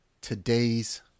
today's